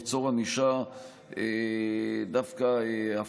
ליצור ענישה הפוכה דווקא,